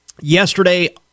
Yesterday